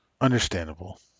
understandable